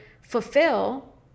fulfill